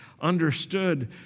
understood